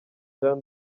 jeanne